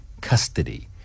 custody